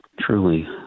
Truly